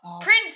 Prince